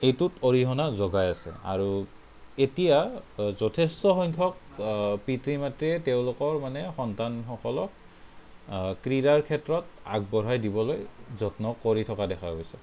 এইটোত অৰিহণা যোগাই আছে আৰু এতিয়া যথেষ্টসংখ্যক পিতৃ মাতৃয়ে তেওঁলোকৰ মানে সন্তানসকলক ক্ৰিয়াৰ ক্ষেত্ৰত আগবঢ়াই দিবলৈ যত্ন কৰি থকা দেখা গৈছে